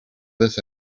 this